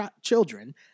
children